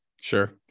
Sure